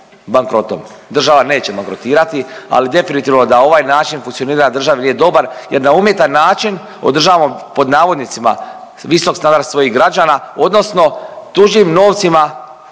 Bankrotom. Država neće bankrotirati, ali definitivno da ovaj način funkcioniranja države nije dobar jer na umjetan način održavamo pod navodnicima visok standard svojih građana, odnosno tuđim novcima